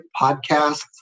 podcasts